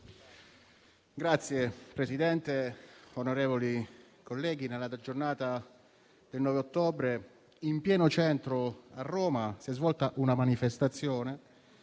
Signor Presidente, onorevoli colleghi, nella giornata del 9 ottobre, in pieno centro a Roma, si è svolta una manifestazione